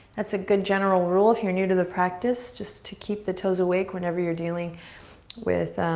that's a good general rule if you're new to the practice. just to keep the toes awake whenever you're dealing with